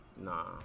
nah